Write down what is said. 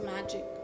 magic